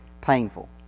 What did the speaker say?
painful